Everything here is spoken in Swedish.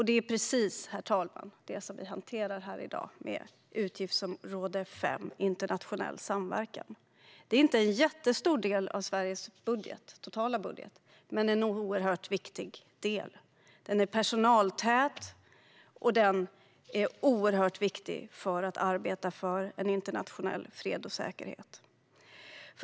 Det är precis det som vi hanterar här i dag, herr talman, med utgiftsområde 5 Internationell samverkan. Det är inte en jättestor del av Sveriges totala budget, men det är en oerhört viktig del. Den är personaltät, och den är oerhört viktig för att arbeta för internationell fred och säkerhet.